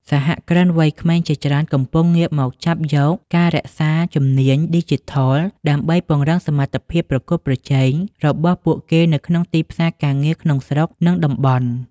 សហគ្រិនវ័យក្មេងជាច្រើនកំពុងងាកមកចាប់យកការសិក្សាជំនាញឌីជីថល ដើម្បីពង្រឹងសមត្ថភាពប្រកួតប្រជែងរបស់ពួកគេនៅក្នុងទីផ្សារការងារក្នុងស្រុក និងតំបន់។